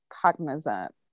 cognizant